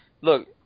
look